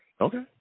Okay